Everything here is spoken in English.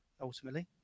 ultimately